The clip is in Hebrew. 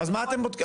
אז מה אתם בודקים?